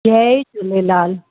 Jay Jhulelal